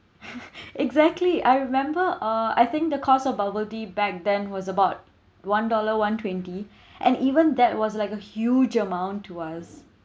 exactly I remember uh I think the cost of bubble tea back then was about one dollar one twenty and even that was like a huge amount to us